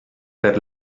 per